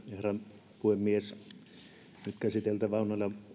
herra puhemies nyt käsiteltävänä